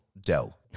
Dell